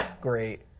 Great